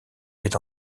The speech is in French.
est